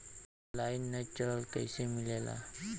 Online ऋण कैसे मिले ला?